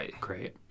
great